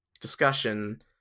discussion